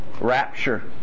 rapture